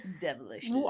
Devilish